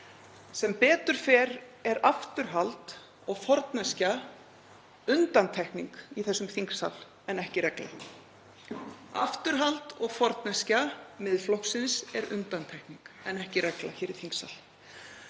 Sem betur fer er afturhald og forneskja undantekning í þessum þingsal en ekki regla. Afturhald og forneskja Miðflokksins er undantekning en ekki regla hér í þingsal.